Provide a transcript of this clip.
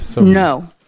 No